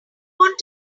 want